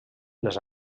les